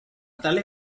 tale